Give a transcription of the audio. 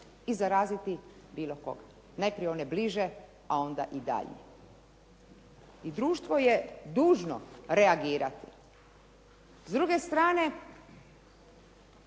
i zaraziti bilo koga, najprije one bliže a onda i dalje. I društvo je dužno reagirati. S druge strane,